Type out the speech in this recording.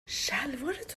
شلوارت